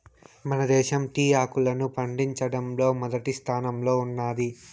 మన దేశం టీ ఆకును పండించడంలో మొదటి స్థానంలో ఉన్నాది